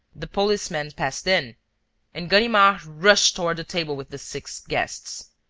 the policemen passed in and ganimard rushed toward the table with the six guests.